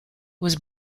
was